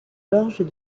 gorges